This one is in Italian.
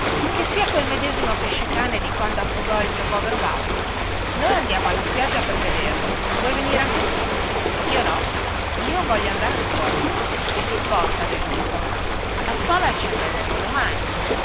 che sia quel medesimo pesce-cane di quando affogò il mio povero babbo noi andiamo alla spiaggia per vederlo vieni anche tu io no voglio andare a scuola che timporta della scuola alla scuola ci anderemo domani